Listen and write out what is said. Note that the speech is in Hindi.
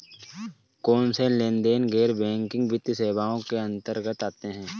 कौनसे लेनदेन गैर बैंकिंग वित्तीय सेवाओं के अंतर्गत आते हैं?